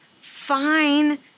fine